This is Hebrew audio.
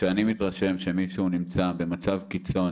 כשאני מתרשם שמישהו נמצא במצב קיצון